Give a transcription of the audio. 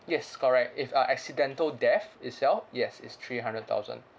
yes correct if uh accidental death itself yes it's three hundred thousand